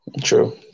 True